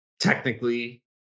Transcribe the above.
technically